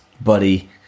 buddy